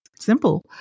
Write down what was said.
simple